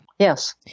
Yes